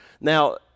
Now